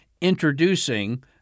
introducing